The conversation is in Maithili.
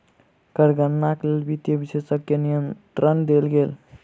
कर गणनाक लेल वित्तीय विशेषज्ञ के निमंत्रण देल गेल